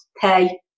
pay